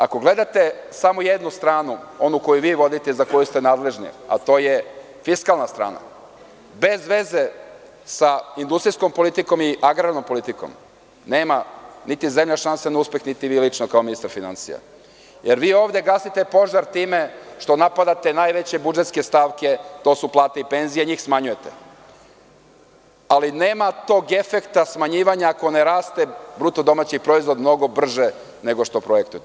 Ako gledate samo jednu stranu, onu koju vi vodite i za koju ste nadležni, a to je fiskalna strana, bez veze sa industrijskom politikom i agrarnom politikom nema niti zemlja šanse za uspeh, niti vi kao ministar finansija, jer vi ovde gasite požar time što napadate najveće budžetske stavke, a to su plate i penzije, njih smanjujete, ali nema tog efekta smanjivanja ako ne raste bruto domaći proizvod mnogo brže nego što projektujete.